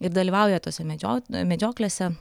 ir dalyvauja tose medžio medžioklėse